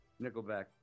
Nickelback